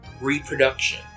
reproduction